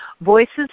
Voices